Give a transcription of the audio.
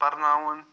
پرناوُن